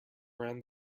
ran